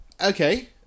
okay